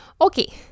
okay